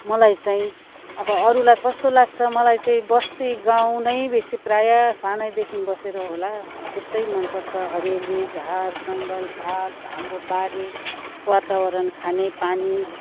मलाई चाहिँ अब अरूलाई कस्तो लाग्छ मलाई चाहिँ बस्ती गाउँ नै बेसी प्राय सानैदेखि बसेर होला त्यस्तै मन पर्छ हरियाली झार जङ्गलपात हाम्रो बारी वातावरण खाने पानी